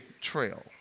trail